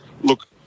Look